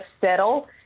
settle